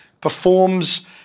performs